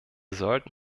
sollten